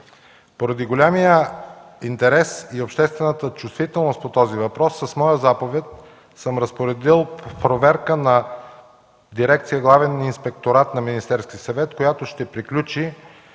Поради големия интерес и обществената чувствителност по този въпрос с моя заповед съм разпоредил проверка на дирекция „Главен инспекторат” на Министерския съвет, което ще приключи